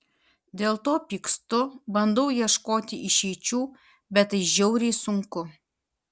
dėl to pykstu bandau ieškoti išeičių bet tai žiauriai sunku